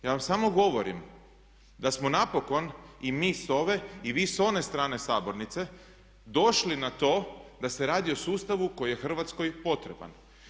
Ja vam samo govorim da smo napokon i mi s ove i vi s one strane sabornice došli na to da se radi o sustavu koji je Hrvatskoj potreban.